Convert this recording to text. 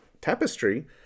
Tapestry